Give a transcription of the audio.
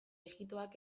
ijitoak